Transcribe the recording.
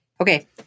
Okay